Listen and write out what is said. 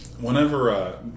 whenever